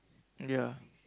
ya